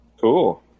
Cool